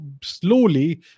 slowly